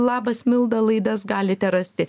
labas milda laidas galite rasti